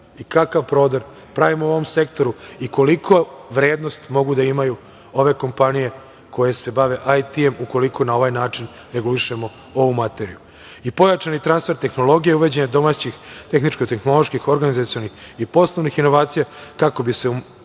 i kakav prodor pravimo u ovom sektoru i koliku vrednost mogu da imaju ove kompanije koje se bave IT ukoliko na ovaj način regulišemo ovu materiju i pojačani transfer tehnologije, uvođenje domaćih tehničko-tehnoloških organizacionih i poslovnih inovacija, kako bi se omogućilo